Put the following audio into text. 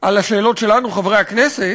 על השאלות שלנו, חברי הכנסת,